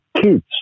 kids